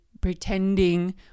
pretending